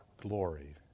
glory